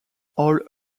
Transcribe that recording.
all